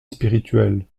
spirituel